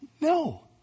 no